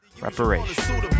Reparation